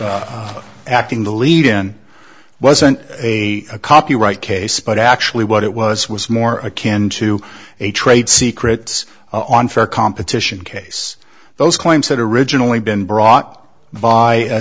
acting the lead in wasn't a copyright case but actually what it was was more akin to a trade secrets unfair competition case those claims had originally been brought by